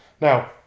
Now